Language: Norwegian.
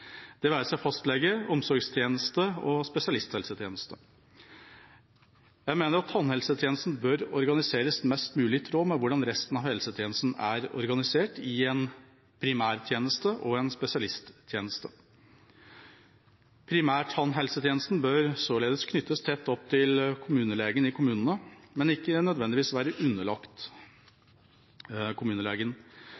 det være seg fastlege, omsorgstjenester eller spesialisthelsetjenester. Jeg mener at tannhelsetjenesten bør organiseres mest mulig i tråd med hvordan resten av helsetjenesten er organisert: i en primærtjeneste og i en spesialisttjeneste. Primærtannhelsetjenesten bør således knyttes tett opp til kommunelegen i kommunene, men ikke nødvendigvis være underlagt kommunelegen.